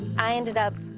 i ended up